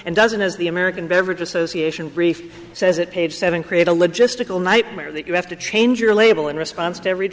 and doesn't as the american beverage association brief says it page seven create a logistical nightmare that you have to change your label in response to every